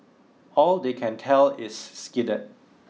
all they can tell is skidded